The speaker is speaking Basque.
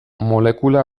molekula